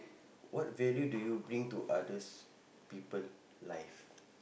what value do you bring to other people's life